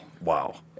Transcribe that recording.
Wow